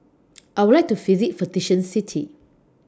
I Would like to visit For Vatican City